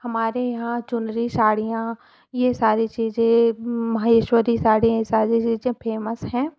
हमारे यहाँ चुनरी साड़ियाँ ये सारी चीज़े महेश्वरी साड़ी ये सारी चीज़ें फेमस है